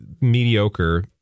mediocre